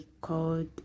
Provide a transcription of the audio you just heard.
called